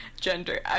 gender